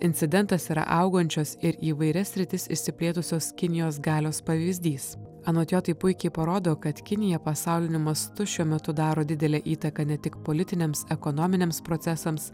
incidentas yra augančios ir įvairias sritis išsiplėtusios kinijos galios pavyzdys anot jo tai puikiai parodo kad kinija pasauliniu mastu šiuo metu daro didelę įtaką ne tik politiniams ekonominiams procesams